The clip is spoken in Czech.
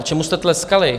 Čemu jste tleskali?